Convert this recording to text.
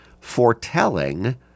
foretelling